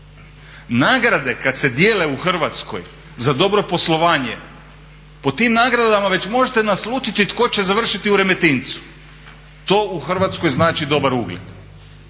Nagrade kad se dijele u Hrvatskoj za dobro poslovanje, po tim nagradama već možete naslutiti tko će završiti u Remetincu. To u Hrvatskoj znači dobar ugled.